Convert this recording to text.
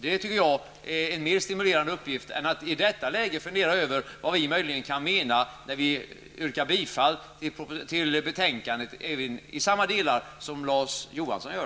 Det tycker jag är en mer stimulerande uppgift än att i detta läge fundera över vad vi möjligen kan mena när vi yrkar bifall till hemställan i betänkandet i samma delar som Larz Johansson gör.